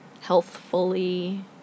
healthfully